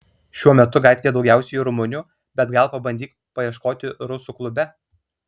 šiuo metu gatvėje daugiausiai rumunių bet gal pabandyk paieškoti rusų klube